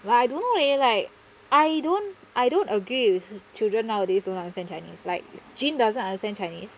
well I don't know leh like I don't I don't agree with children nowadays don't understand chinese like jean doesn't understand chinese